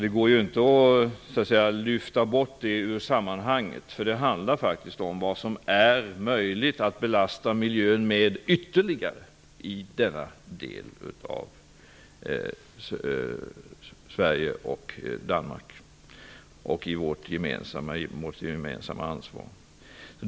Det går inte att lyfta bort detta ur sammanhanget. Det handlar ju om hur mycket det är möjligt att ytterligare belasta miljön med i denna del av Sverige och av Danmark. Detta är vårt gemensamma ansvar.